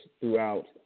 throughout